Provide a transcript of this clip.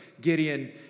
Gideon